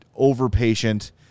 overpatient